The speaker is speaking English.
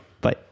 Bye